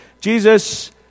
Jesus